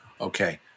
Okay